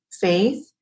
faith